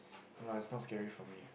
no lah it's not scary for me ah